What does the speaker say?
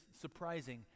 surprising